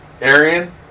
Arian